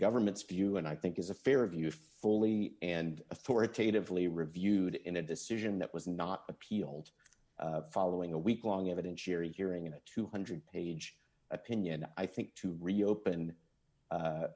government's view and i think is a fair of you fully and authoritatively reviewed in a decision that was not appealed following a week long evidentiary hearing a two hundred page opinion i think to reopen